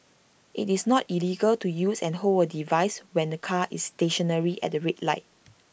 it's not illegal to use and hold A device when the car is stationary at the red light